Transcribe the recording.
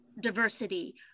diversity